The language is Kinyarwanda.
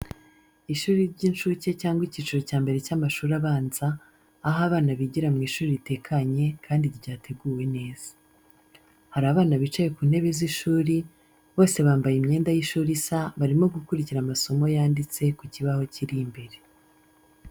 Ishuri ry'inshuke cyangwa icyiciro cya mbere cy'amashuri abanza, aho abana bigira mu ishuri ritekanye kandi ryateguwe neza. Hari abana bicaye ku ntebe z’ishuri, bose bambaye imyenda y’ishuri isa barimo gukurikira amasomo yanditse ku kibaho kiri imbere.